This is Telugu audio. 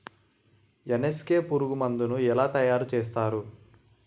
ఎన్.ఎస్.కె పురుగు మందు ను ఎలా తయారు చేస్తారు?